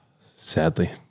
Sadly